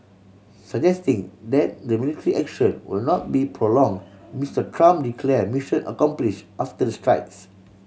suggesting that the military action would not be prolong Mister Trump declare mission accomplish after the strikes